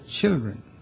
children